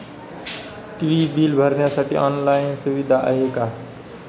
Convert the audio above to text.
TV bill भरण्यासाठी online सुविधा आहे का?